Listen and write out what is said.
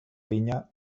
vinya